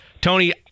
Tony